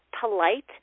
polite